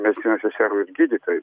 medicinos seserų gydytojų